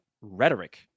rhetoric